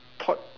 thought